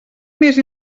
més